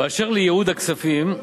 אשר לייעוד הכספים,